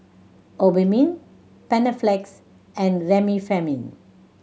Obimin Panaflex and Remifemin